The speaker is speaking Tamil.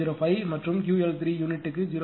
005 மற்றும் QL3 யூனிட்டுக்கு